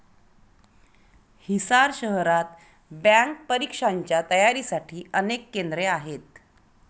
हिसार शहरात बँक परीक्षांच्या तयारीसाठी अनेक केंद्रे आहेत